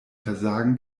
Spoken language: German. versagen